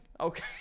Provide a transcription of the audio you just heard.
Okay